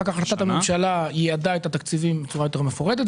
אחר כך החלטת הממשלה ייעדה את התקציבים בצורה מפורטת יותר,